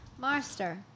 Master